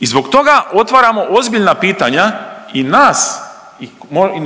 I zbog toga otvaramo ozbiljna pitanja i nas i